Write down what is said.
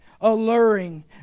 alluring